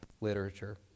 literature